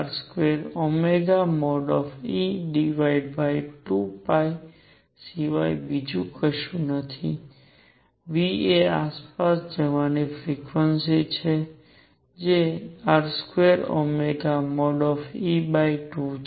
જે R2e2 સિવાય બીજું કશું નથી એ આસપાસ જવાની ફ્રિક્વન્સી છે જે R2e2 છે